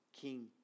king